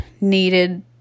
needed